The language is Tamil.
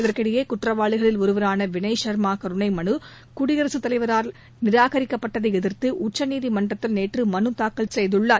இதற்கிடையே குற்றவாளிகளில் ஒருவரான வினய் சர்மா கருணை மனு குடியரசுத் தலைவரால் நிராகரிக்கப்பட்டதை எதிர்த்து உச்சநீதிமன்றத்தில் நேற்று மனுதாக்கல் செய்துள்ளார்